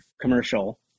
commercial